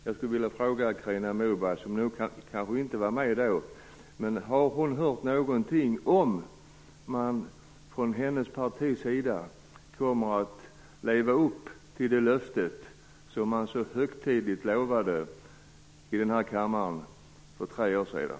Jag skulle vilja fråga Carina Moberg, som kanske inte var med under den förra mandatperioden, om hon har hört huruvida hennes parti kommer att leva upp till det löfte som man så högtidligt ställde ut här i kammaren för tre år sedan.